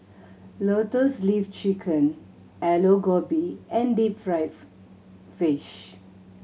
Lotus Leaf Chicken Aloo Gobi and deep fried fish